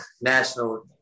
national